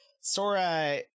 Sora